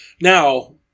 Now